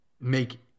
make